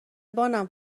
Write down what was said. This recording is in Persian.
بانم